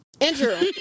Andrew